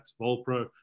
Volpro